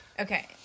Okay